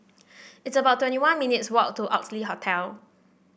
it's about twenty one minutes' walk to Oxley Hotel